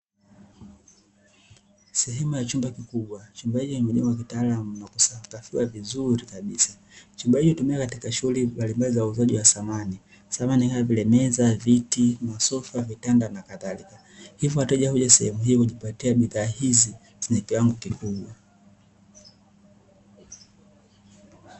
Sehemu ya chumba kikubwa. Chumba hiki kimejengwa kitaalamu na kusakafiwa vizuri kabisa. Chumba hiki hutumika katika shughuli mbalimbali za uuzaji wa Samani, samani kama vile: meza, viti, masofa, vitanda na kadhalika, hivyo wateja huja sehemu hii kujipatia bidhaa hizi zenye kiwango kikubwa.